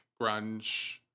grunge